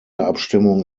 abstimmung